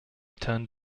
turned